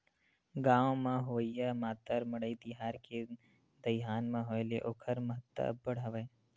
गाँव म होवइया मातर मड़ई तिहार के दईहान म होय ले ओखर महत्ता अब्बड़ हवय